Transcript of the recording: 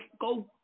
go